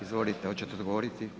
Izvolite, hoćete odgovoriti?